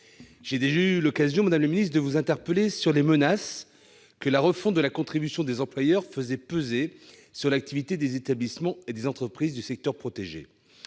J'ai eu l'occasion, madame la ministre, de vous interpeller sur les menaces que la refonte de la contribution des employeurs faisait peser sur l'activité des établissements et des entreprises du secteur protégé.